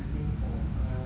actually I want this nugget